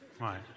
Right